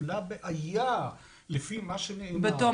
שנפלה בעיה לפי מה שנאמר --- בתום